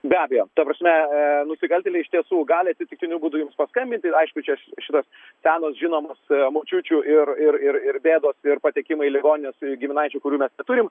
be abejo ta prasme nusikaltėlai iš tiesų gali atsitiktiniu būdu jums paskambinti šitos senos žinomos močiučių ir ir ir ir bėdos ir patekimai į ligonines giminaičių kurių mes neturim